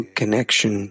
connection